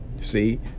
See